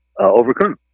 overcome